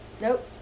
Nope